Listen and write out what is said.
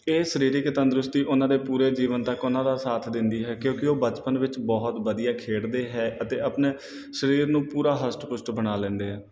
ਇਹ ਸਰੀਰਕ ਤੰਦਰੁਸਤੀ ਉਹਨਾਂ ਦਾ ਪੂਰੇ ਜੀਵਨ ਤੱਕ ਉਹਨਾਂ ਦਾ ਸਾਥ ਦਿੰਦੀ ਹੈ ਕਿਉਂਕਿ ਉਹ ਬਚਪਨ ਵਿੱਚ ਬਹੁਤ ਵਧੀਆ ਖੇਡਦੇ ਹੈ ਅਤੇ ਆਪਣੇ ਸਰੀਰ ਨੂੰ ਪੂਰਾ ਹਸਟ ਪੁਸ਼ਟ ਬਣਾ ਲੈਂਦੇ ਹੈ